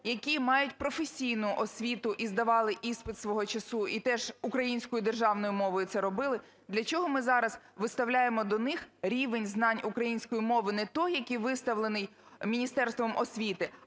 які мають професійну освіту і здавали іспит свого часу і теж українською державною мовою це робили, для чого ми зараз виставляємо до них рівень знань української мови не той, який виставлений Міністерством освіти,